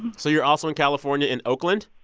so you're also in california in oakland?